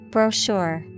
Brochure